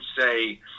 say